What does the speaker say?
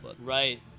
Right